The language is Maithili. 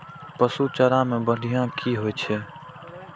पशु चारा मैं बढ़िया की होय छै?